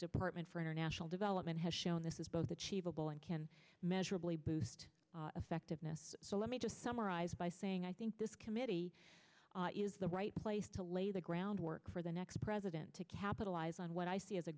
department for international development has shown this is both achievable and can measurably boost effectiveness so let me just summarize by saying i think this committee is the right place to lay the groundwork for the next president to capitalize on what i see is a